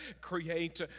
create